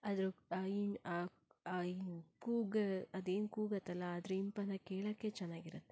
ಅದರ ಕೂಗು ಅದೇನು ಕೂಗತ್ತಲ್ಲ ಅದರ ಇಂಪನ್ನು ಕೇಳೋಕ್ಕೇ ಚೆನ್ನಾಗಿರತ್ತೆ